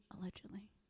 allegedly